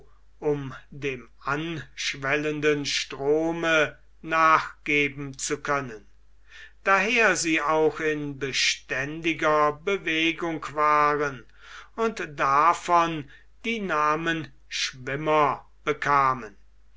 um dem anschwellenden strome nachgeben zu können daher sie auch in beständiger bewegung waren und davon die namen schwimmer bekamen